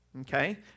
Okay